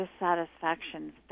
dissatisfaction